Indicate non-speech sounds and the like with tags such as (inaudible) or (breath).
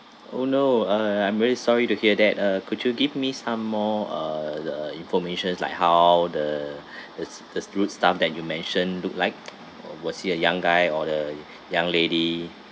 oh no uh I'm very sorry to hear that uh could you give me some more uh the informations like how the (breath) thes thes rude staff that you mentioned look like or was he a young guy or the young lady